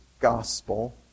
gospel